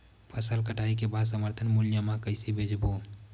फसल कटाई के बाद समर्थन मूल्य मा कइसे बेचबो?